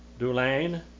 Dulane